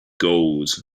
gold